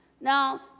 Now